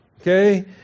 okay